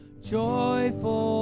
joyful